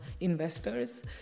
investors